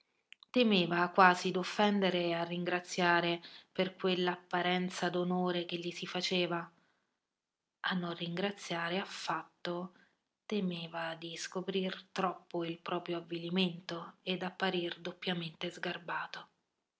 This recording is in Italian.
temeva quasi d'offendere a ringraziare per quell'apparenza d'onore che gli si faceva a non ringraziare affatto temeva di scoprir troppo il proprio avvilimento e d'apparir doppiamente sgarbato